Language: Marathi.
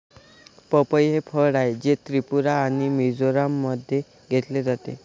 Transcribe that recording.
पपई हे फळ आहे, जे त्रिपुरा आणि मिझोराममध्ये घेतले जाते